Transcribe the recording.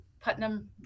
Putnam